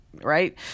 Right